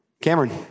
Cameron